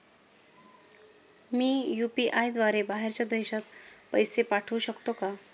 मी UPI द्वारे बाहेरच्या देशात पैसे पाठवू शकतो का?